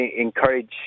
encourage